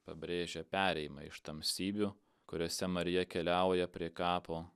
pabrėžia perėjimą iš tamsybių kuriose marija keliauja prie kapo